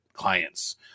clients